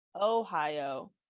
Ohio